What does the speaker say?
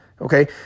Okay